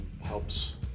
helps